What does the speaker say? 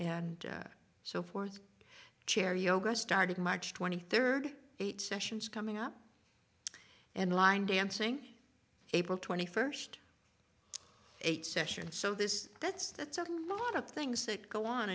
and so forth chair yoga started march twenty third eight sessions coming up and line dancing april twenty first eight sessions so this that's that's a lot of things that go on